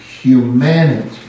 humanity